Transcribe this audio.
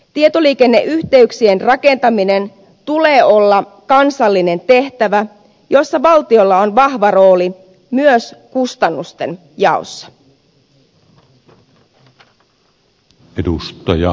tietoliikenneyhteyksien rakentamisen tulee olla kansallinen tehtävä jossa valtiolla on vahva rooli myös kustannusten jaossa